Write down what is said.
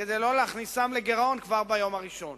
כדי שלא להכניסם לגירעון כבר ביום הראשון.